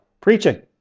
preaching